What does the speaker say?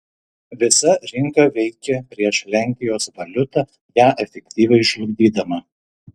visa rinka veikė prieš lenkijos valiutą ją efektyviai žlugdydama